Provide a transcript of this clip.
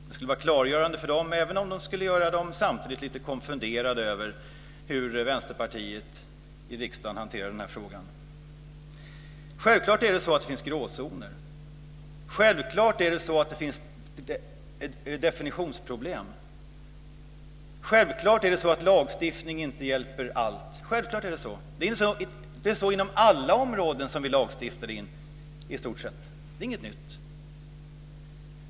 Det skulle vara klargörande för dem, även om det samtidigt skulle göra dem lite konfunderade över hur Vänsterpartiet i riksdagen hanterar den här frågan. Självklart är det så att det finns gråzoner. Självklart är det så att det finns ett definitionsproblem. Självklart är det så att lagstiftning inte hjälper mot allt. Självklart är det så. Det är så inom i stort sett alla områden där vi lagstiftar. Det är inget nytt.